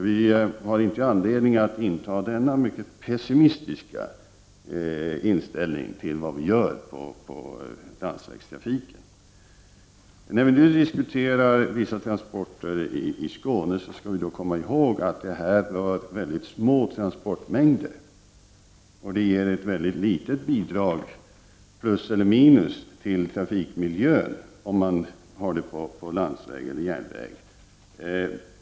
Vi har inte anledning att inta en så pessimistisk inställning till vad som görs beträffande landsvägstrafiken. Vi skall när vi nu diskuterar vissa transporter i Skåne komma ihåg att det där rör sig om mycket små transportmängder, som ger ett mycket litet positivt eller negativt bidrag till trafikmiljön, oavsett om transporterna sker på landsväg eller på järnväg.